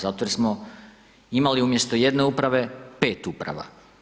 Zato jer smo imali umjesto jedne uprave, 5 uprava.